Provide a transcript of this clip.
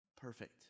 Perfect